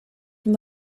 from